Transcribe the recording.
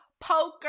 Poker